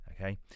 Okay